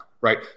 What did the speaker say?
right